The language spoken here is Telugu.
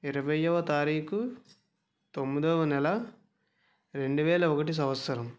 ఇరవైయొ తారీఖు తొమ్మిదవ నెల రెండు వేల ఒకటి సంవత్సరం